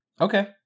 Okay